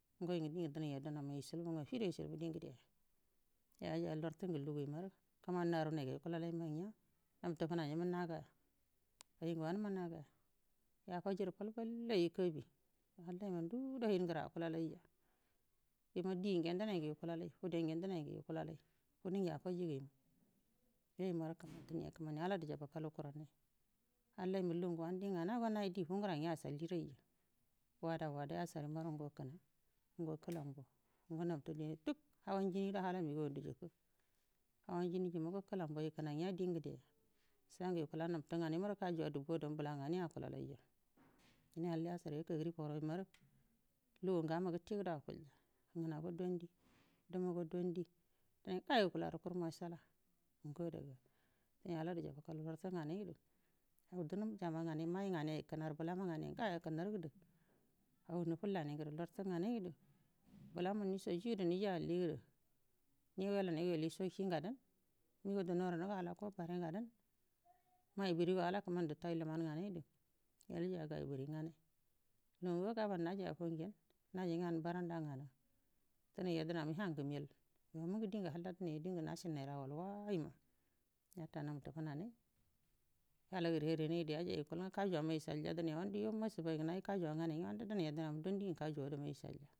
Ngai ngu dingə dinai yadənaina ishilbu nya affido ishilbu di ngədeya yau yajaya lartu ngu luguyu marə kəmani kəmani narunaiga yukulalaima ngiya nabtu funanaima ngagaya ayi ngu waunuma ngagaya yafajirə fal fallu ayi kabi halla ima ndugudo hinə ngərə akulalanya ina di ngenə dinai ngə yukulalai fude ngenə dinai dinai ngu yukulalai fudu ngu yafiji gu ima yoyu marə dine kəmani ala kəmani dibakalu kuranai halla ima lugu ngu wanu di nganago naji di fungura nya ashal duraija wada wada yasar marə ngo kəna ngo kəlaja ng nabtudeyo duk hawanjiur do hala unigawandu jikal hawaijini jimago kəlamboyu kəna nga di ngədeya sangu yukula nabtu nganai maru kajuwa dubu adama bəla nganai akula laiga kalne halla yashar yakaguri bodu imaru lugu ngana gətte gudo akulya ngənago dondi dumugo dondi dənai ngayə yukulagu kuru mashala nga adaga dibakalu lartu nganai du hau dunu jama nganai mai m gauniyi kənardu blama nganaiyi ngayo kə nardu hau nafullai nai nguru lartu nganai du bəlama nishajida hiji allidu niyi wailanai go yol isha kingadanə migau dano ranago al ak bare nganu mai burigo ala kəmani dutai luman nganaidu yol ijaya gayi burri ngamai lugugo gabon najaya fuu ngenə najainga anə barauda nganu dinai yadənama yanfu amil yo mungi dine dingu halla ima dinga nashimu chi ru awalwaa ima yatar nabtu funanai yala guri hariyanaidu yajai yukul nga kajuwana ishalya dine wando yo mashi ba yuugu naji kajuwa nganai nya wando dinai yadənama dondi ngo kajuwa dama ishalya.